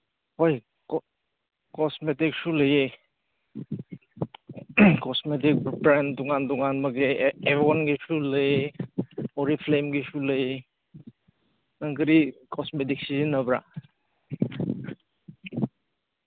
ꯍꯣꯏ ꯀꯣꯁꯃꯦꯇꯤꯛꯁꯨ ꯂꯩꯌꯦ ꯀꯣꯁꯃꯦꯇꯤꯛ ꯕ꯭ꯔꯥꯟ ꯇꯣꯉꯥꯟ ꯇꯣꯉꯥꯟꯕꯒꯤ ꯑꯦꯚꯣꯟꯒꯤꯁꯨ ꯂꯩ ꯑꯣꯔꯤꯐ꯭ꯂꯦꯝꯒꯤꯁꯨ ꯂꯩ ꯅꯪ ꯀꯔꯤ ꯀꯣꯁꯃꯦꯇꯤꯛ ꯁꯤꯖꯤꯟꯅꯕ꯭ꯔꯥ